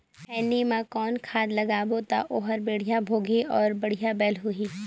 खैनी मा कौन खाद लगाबो ता ओहार बेडिया भोगही अउ बढ़िया बैल होही?